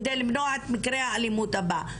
כדי למנוע את מקרה האלימות הבא.